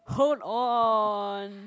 hold on